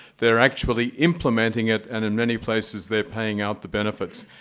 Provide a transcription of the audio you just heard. they're actually implementing it, and in many places they're paying out the benefits.